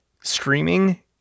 streaming